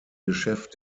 geschäft